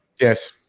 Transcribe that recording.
Yes